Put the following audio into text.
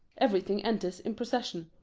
everything enters in procession.